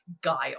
guile